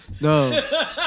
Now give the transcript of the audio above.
No